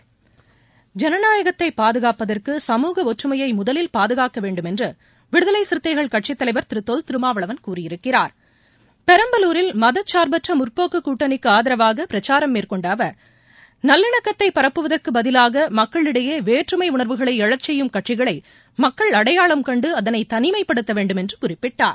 பாதுகாப்பதற்கு ஐனநாயகத்தைப் சமூக ஒற்றுமையுதலில் பாதுகாக்கவேண்டும் என்றுவிடுதலைசிறுத்தைகள் கட்சித் தலைவர் திருதொல் திருமாவளவன் கூறியிருக்கிறார் பெரம்பலரில் மதசார்பற்றமுற்போக்குகூட்டணிக்குஆதரவாகபிரச்சாரம் மேற்கொண்டஅவர் நல்லிணக்கத்தைபரப்புவதற்குபதிவாகமக்களிடையேவேற்றுமைஉணர்வுகளைளழச்செய்யும் கட்சிகளைமக்கள் அடையாளம் கண்டுஅதனைதனிமைப்படுத்தவேண்டும் என்றுகுறிப்பிட்டார்